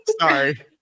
Sorry